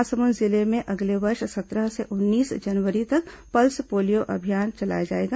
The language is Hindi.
महासमुंद जिले में अगले वर्ष सत्रह से उन्नीस जनवरी तक पल्स पोलियो अभियान चलाया जाएगा